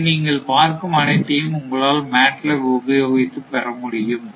இங்கு நீங்கள் பார்க்கும் அனைத்தையும் உங்களால் MATLAB உபயோகித்து பெற முடியும்